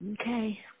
Okay